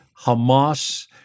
Hamas